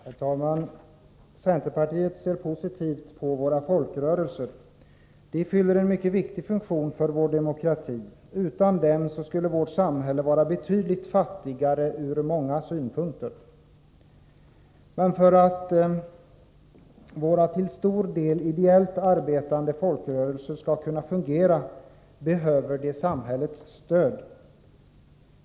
Herr talman! Centerpartiet ser positivt på våra folkrörelser. De fyller en mycket viktig funktion för vår demokrati. Utan dem skulle vårt samhälle vara betydligt fattigare ur många synpunkter. Men för att våra till stor del ideellt arbetande folkrörelser skall kunna fungera behöver de samhällets stöd.